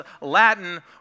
Latin